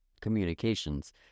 communications